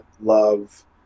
love